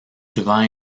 souvent